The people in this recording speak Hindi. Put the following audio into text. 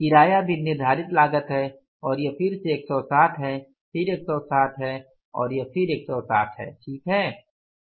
किराया भी निर्धारित लागत है और यह फिर से 160 है फिर 160 है और फिर यह 160 है ठीक है